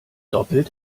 doppelt